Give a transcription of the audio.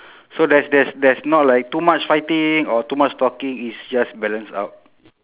so there's there's there's not like too much fighting or too much talking it's just balance out